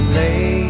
lay